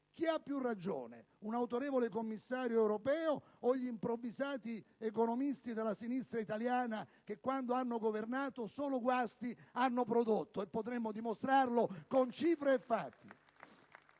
chi abbia più ragione, se un autorevole commissario europeo o gli improvvisati economisti della sinistra italiana che quando hanno governato hanno prodotto solo guasti; e potremmo dimostrarlo con numeri e fatti.